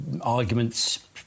arguments